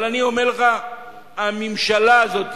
אבל אני אומר לך: הממשלה הזאת